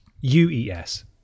U-E-S